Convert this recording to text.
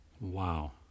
Wow